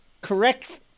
correct –